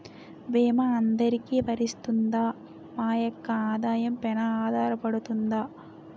భీమా అందరికీ వరిస్తుందా? మా యెక్క ఆదాయం పెన ఆధారపడుతుందా?